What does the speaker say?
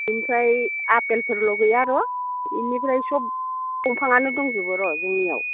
इनिफ्राय आफेलफोरल' गैया आरो इनिफ्राय सब बंफाङानो दंजोबो र' जोंनियाव